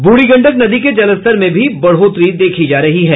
ब्रढ़ी गंडक नदी के जलस्तर में भी बढ़ोतरी देखी जा रही है